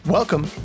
Welcome